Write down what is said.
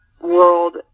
world